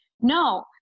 no